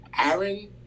Aaron